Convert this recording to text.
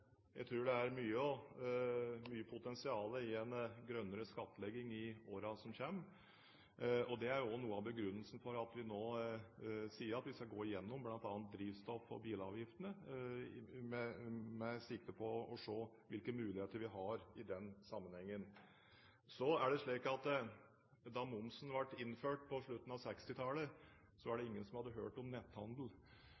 Jeg tror det er mye potensial i en grønnere skattlegging i årene som kommer, og det er også noe av begrunnelsen for at vi nå sier at vi skal gå gjennom bl.a. drivstoffavgiftene og bilavgiftene for å se på hvilke muligheter vi har i den sammenhengen. Da momsen ble innført på slutten av 1960-tallet, hadde ingen hørt om netthandel. Men det vi nå ser, er at netthandel blir mer og mer utbredt, og det